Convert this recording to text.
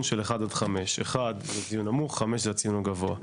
של 1 עד 5. 1 זה ציון נמוך ו-5 זה הציון הגבוה.